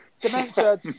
dementia